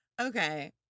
Okay